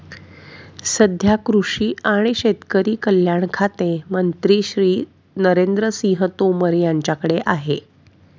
सध्या कृषी आणि शेतकरी कल्याण खाते मंत्री श्री नरेंद्र सिंह तोमर यांच्याकडे आहे